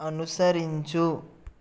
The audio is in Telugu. అనుసరించు